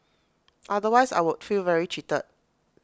otherwise I would feel very cheated